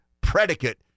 predicate